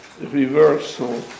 reversal